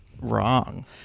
wrong